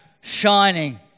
shining